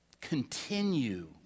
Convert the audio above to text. Continue